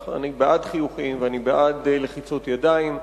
אני בעד חיוכים ואני בעד לחיצות ידיים.